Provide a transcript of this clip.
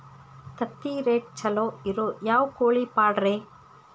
ತತ್ತಿರೇಟ್ ಛಲೋ ಇರೋ ಯಾವ್ ಕೋಳಿ ಪಾಡ್ರೇ?